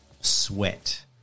sweat